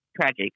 tragic